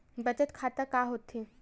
बचत खाता का होथे?